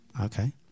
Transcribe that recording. Okay